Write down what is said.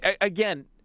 again